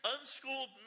unschooled